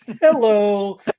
hello